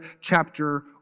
chapter